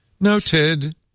Noted